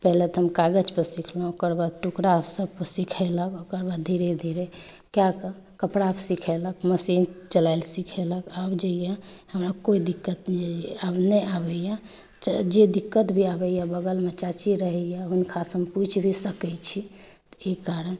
पहिले तऽ हम कागज पर सिखलहुॅं ओकरबाद टुकड़ा सबपर सिखेलक ओकरबाद धीरे धीरे कए कऽ कपड़ा पर सिखेलक मशीन चलायल सिखेलक आब जे यऽ हमरा कोइ दिक्कत नहि आबैया जे दिक्कत भी आबैया बगल मे चाची रहैया हुनकासँ हम पूछि भी सकै छी ई कारण